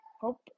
hope